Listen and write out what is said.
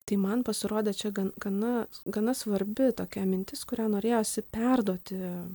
tai man pasirodė čia gan gana gana svarbi tokia mintis kurią norėjosi perduoti